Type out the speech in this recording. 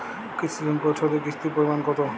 কৃষি ঋণ পরিশোধের কিস্তির পরিমাণ কতো?